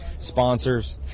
sponsors